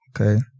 okay